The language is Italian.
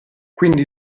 quindi